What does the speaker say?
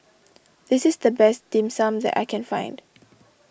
this is the best Dim Sum that I can find